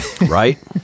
Right